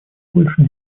больше